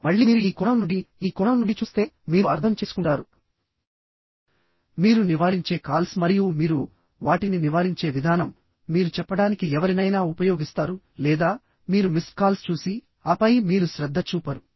మళ్ళీ మీరు ఈ కోణం నుండి ఈ కోణం నుండి చూస్తే మీరు అర్థం చేసుకుంటారు మీరు నివారించే కాల్స్ మరియు మీరు వాటిని నివారించే విధానం మీరు చెప్పడానికి ఎవరినైనా ఉపయోగిస్తారు లేదా మీరు మిస్డ్ కాల్స్ చూసిఆపై మీరు శ్రద్ధ చూపరు